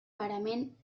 parament